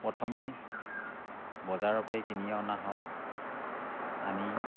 প্ৰথমে বজাৰৰ পৰাই কিনি অনা হয় আনি